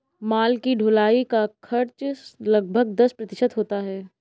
माल की ढुलाई का खर्च लगभग दस प्रतिशत होता है